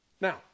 Now